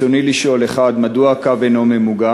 רצוני לשאול: 1. מדוע הקו אינו ממוגן?